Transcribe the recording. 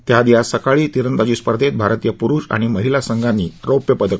त्याआधी आज सकाळी तिरंदाजी स्पर्धेत भारतीय पुरूष आणि महिला संघांनी रौप्य पदक पटकावलं